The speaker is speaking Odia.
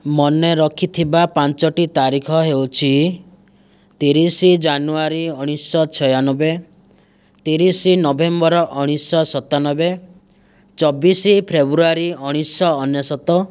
ମନେ ରଖିଥିବା ପାଞ୍ଚଟି ତାରିଖ ହେଉଛି ତିରିଶ ଜାନୁଆରୀ ଉଣେଇଶହ ଛୟାନବେ ତିରିଶ ନଭେମ୍ବର ଉଣେଇଶହ ସତାନବେ ଚବିଶ ଫେବୃଆରୀ ଉଣେଇଶହ ଅନେଶ୍ଵତ